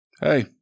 hey